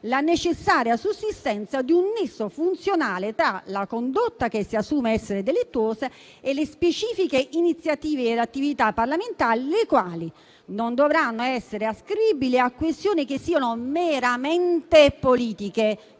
la necessaria sussistenza di un nesso funzionale tra la condotta che si assume essere delittuosa e le specifiche iniziative ed attività parlamentari, le quali non dovranno essere ascrivibili a questioni che siano meramente politiche.